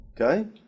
Okay